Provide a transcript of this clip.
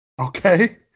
Okay